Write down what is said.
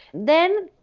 then,